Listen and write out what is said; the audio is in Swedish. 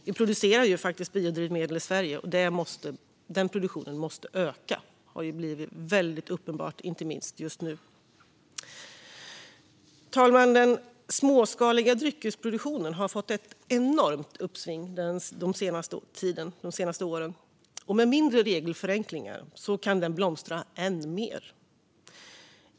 Vi producerar faktiskt biodrivmedel i Sverige, och den produktionen måste öka. Det har blivit väldigt uppenbart, inte minst nu. Fru talman! Den småskaliga dryckesproduktionen har fått ett enormt uppsving de senaste åren, och med en del regelförenklingar kan den blomstra än mer.